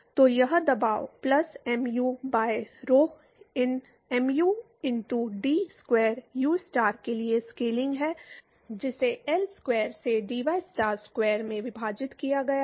तो यह दबाव plus mu by rho in mu into d square u star के लिए स्केलिंग है जिसे एल स्क्वायर से dyस्टार स्क्वायर में विभाजित किया गया है